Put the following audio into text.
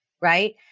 Right